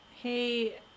Hey